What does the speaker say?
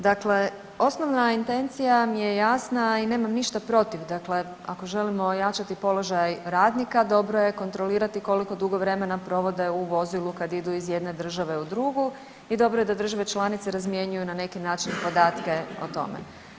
Dakle, osnovna intencija mi je jasna i nemam ništa protiv, dakle ako želimo ojačati položaj radnika, dobro je kontrolirati koliko dugo vremena provode u vozilu kad idu iz jedne države u drugu i dobro je da države članice razmjenjuju, na neki način podatke o tome.